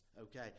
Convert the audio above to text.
Okay